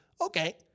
okay